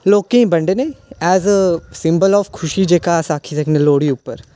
लोकें गी बंडने आस्तै ऐज ऐ सिंबल आफ खुशी जेह्का अस आक्खी सकने लोह्ड़ी उप्पर